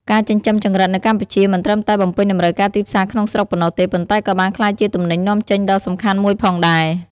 ការចិញ្ចឹមចង្រិតនៅកម្ពុជាមិនត្រឹមតែបំពេញតម្រូវការទីផ្សារក្នុងស្រុកប៉ុណ្ណោះទេ ប៉ុន្តែក៏បានក្លាយជាទំនិញនាំចេញដ៏សំខាន់មួយផងដែរ។